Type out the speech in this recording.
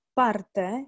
parte